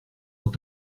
dans